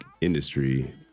industry